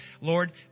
Lord